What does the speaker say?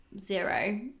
zero